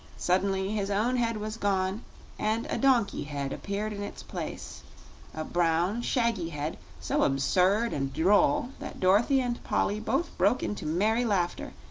suddenly his own head was gone and a donkey head appeared in its place a brown, shaggy head so absurd and droll that dorothy and polly both broke into merry laughter,